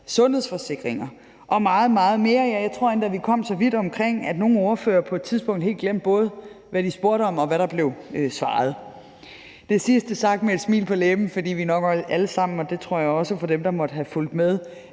sundhedsforsikringer og meget, meget mere. Ja, jeg tror endda, at vi kom så vidt omkring, at nogle ordførere på et tidspunkt helt glemte, både hvad de spurgte om, og hvad der blev svaret. Det sidste er sagt med et smil på læben, fordi vi nok alle sammen – og det tror jeg også gælder for dem, der måtte have fulgt med